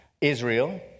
Israel